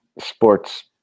sports